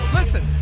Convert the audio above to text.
listen